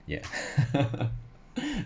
yeah